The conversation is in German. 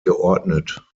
geordnet